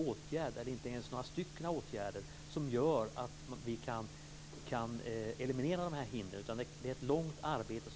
Det finns ingen enskild åtgärd som leder till att hindren elimineras.